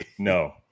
No